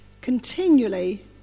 continually